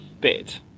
bit